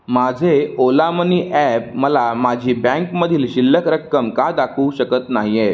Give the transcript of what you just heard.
माझे Ola money app मला माझी बँकमधील शिल्लक रक्कम का दाखवू शकत नाही आहे